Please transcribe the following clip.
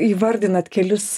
įvardinat kelius